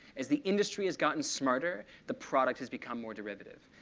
as the industry has gotten smarter, the product has become more derivative.